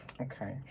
okay